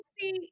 see